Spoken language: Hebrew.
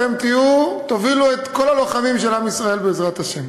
אתם תובילו את כל הלוחמים של עם ישראל, בעזרת השם.